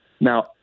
Now